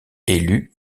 élue